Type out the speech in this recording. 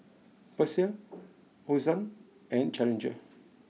Persil Hosen and Challenger